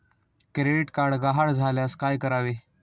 Credit card गहाळ झाल्यास काय करावे?